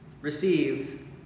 receive